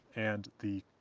and the